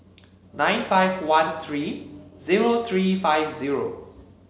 nine five one three zero three five zero